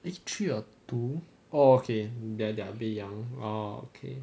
is three or two oh okay they they are a bit young err okay